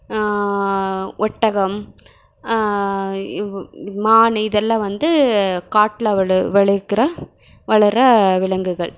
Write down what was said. ஒட்டகம் இவ் மான் இதெல்லாம் வந்து காட்டுல வெள விளைக்கிற வளர்கிற விலங்குகள்